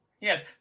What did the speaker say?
Yes